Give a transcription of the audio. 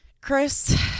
Chris